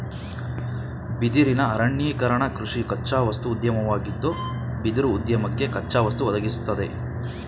ಬಿದಿರಿನ ಅರಣ್ಯೀಕರಣಕೃಷಿ ಕಚ್ಚಾವಸ್ತು ಉದ್ಯಮವಾಗಿದ್ದು ಬಿದಿರುಉದ್ಯಮಕ್ಕೆ ಕಚ್ಚಾವಸ್ತು ಒದಗಿಸ್ತದೆ